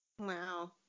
Wow